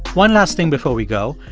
one last thing before we go.